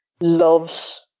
loves